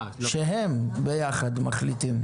שהם ביחד מחליטים.